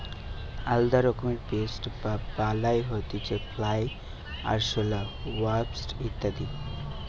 আলদা রকমের পেস্ট বা বালাই হতিছে ফ্লাই, আরশোলা, ওয়াস্প ইত্যাদি